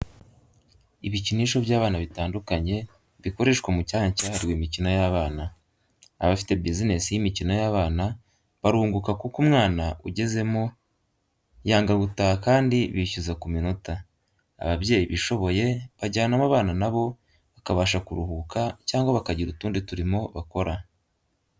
Ibikinisho by'abana bitandukanye bikoreshwa mu cyanya cyahariwe imikino y'abana. Abafite bizinesi y'imikino y'abana barunguka kuko umwana ugezemo yanga gutaha kandi bishyuza ku minota. Ababyeyi bishoboye bajyanamo abana na bo bakabasha kuruhuka cyangwa bakagira utundi turimo bakora.